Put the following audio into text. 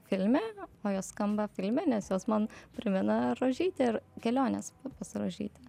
filme o jos skamba filme nes jos man primena rožytę ir keliones pas rožytę